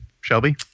Shelby